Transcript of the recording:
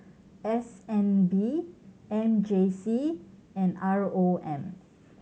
S N B M J C and R O M